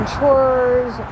Chores